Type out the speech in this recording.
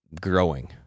growing